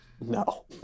No